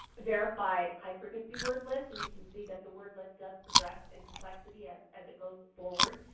verified high frequency word lists and you can see that the word list does progress in complexity as as it goes forward.